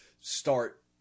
start –